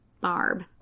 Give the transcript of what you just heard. Barb